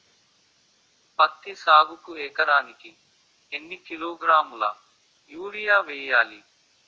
పత్తి సాగుకు ఎకరానికి ఎన్నికిలోగ్రాములా యూరియా వెయ్యాలి?